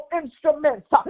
instruments